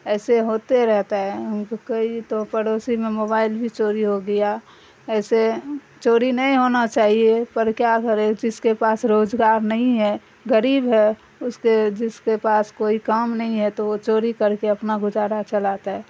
ایسے ہوتے رہتا ہے کہئی تو پڑوسی میں موبائل بھی چوری ہو گیا ایسے چوری نہیں ہونا چاہیے پر کیا کرے جس کے پاس روزگار نہیں ہے گغریب ہے اس کے جس کے پاس کوئی کام نہیں ہے تو وہ چوری کر کے اپنا گزارا چلاتا ہے